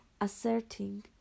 asserting